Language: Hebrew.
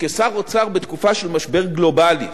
שכשר אוצר בתקופה של משבר גלובלי,